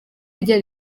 rye